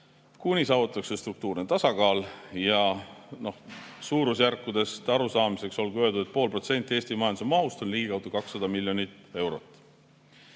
kuni saavutatakse struktuurne tasakaal. Suurusjärkudest arusaamiseks olgu öeldud, et pool protsenti Eesti majanduse mahust on ligikaudu 200 miljonit eurot.